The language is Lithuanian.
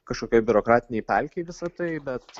kažkokioj biurokratinėj pelkėj visa tai bet